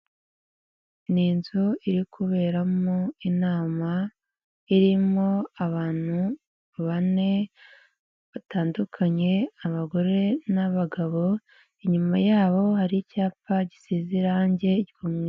Ni inzu iri kuberamo inama, irimo abantu bane batandukanye abagore n'abagabo, inyuma yabo hari icyapa gisize irange ry'umweru.